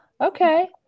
Okay